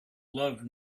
love